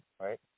right